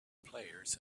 players